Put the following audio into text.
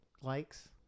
Likes